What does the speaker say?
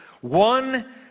one